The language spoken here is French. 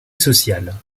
sociale